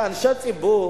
כאנשי ציבור